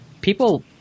people